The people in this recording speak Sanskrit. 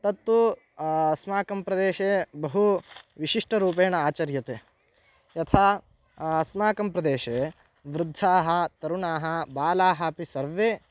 तत्तु अस्माकं प्रदेशे बहु विशिष्टरूपेण आचर्यते यथा अस्माकं प्रदेशे वृद्धाः तरुणाः बालाः अपि सर्वे